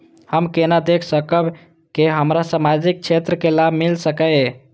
हम केना देख सकब के हमरा सामाजिक क्षेत्र के लाभ मिल सकैये?